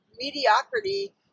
mediocrity